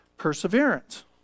perseverance